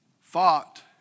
Fought